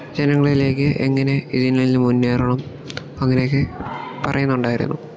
ജനങ്ങളിലേക്ക് എങ്ങനെ ഇതിൽന്ന് മുന്നേറണം അങ്ങനെ ഒക്കെ പറയുന്നുണ്ടായിരുന്നു